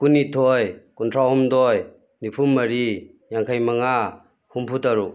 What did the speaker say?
ꯀꯨꯟꯅꯤꯊꯣꯏ ꯀꯨꯟꯊ꯭ꯔꯥ ꯍꯨꯝꯗꯣꯏ ꯅꯤꯐꯨ ꯃꯔꯤ ꯌꯥꯡꯈꯩ ꯃꯉꯥ ꯍꯨꯝꯐꯨ ꯇꯔꯨꯛ